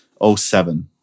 07